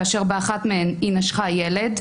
כאשר באחת מהן היא נשכה ילד.